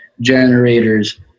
generators